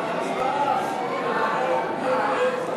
ההצעה להסיר